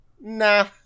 nah